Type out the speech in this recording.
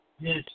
Yes